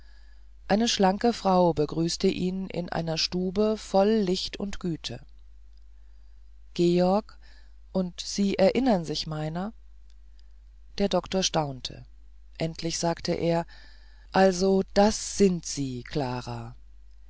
eine schlanke frau begrüßte ihn in einer stube voll licht und güte georg und sie erinnern sich meiner der doktor staunte endlich sagte er also das sind sie klara